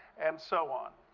and so on,